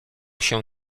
się